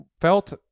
felt